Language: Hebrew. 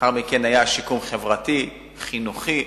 לאחר מכן היה שיקום חברתי, חינוכי.